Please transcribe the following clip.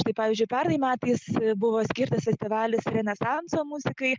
štai pavyzdžiui pernai metais buvo skirtas festivalis renesanso muzikai